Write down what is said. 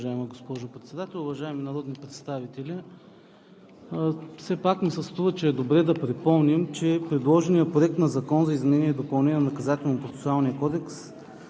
уважаема госпожо Председател. Уважаеми народни представители! Все пак ми се струва, че е добре да припомним, че предложеният Проект на закон за изменение и допълнение на Наказателно-процесуалния кодекс